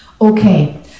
Okay